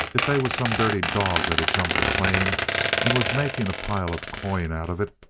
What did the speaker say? if they was some dirty dog that had jumped a claim and was making a pile of coin out of it,